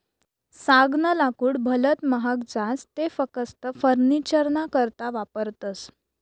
सागनं लाकूड भलत महाग जास ते फकस्त फर्निचरना करता वापरतस